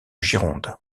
gironde